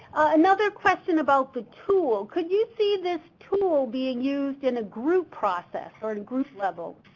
another question about the tool could you see this tool being used in a group process, or in group level?